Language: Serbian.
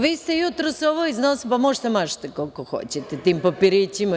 Vi ste jutros ovo iznosili, možete da mašete koliko hoćete tim papirićima.